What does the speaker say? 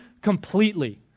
completely